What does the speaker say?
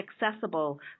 accessible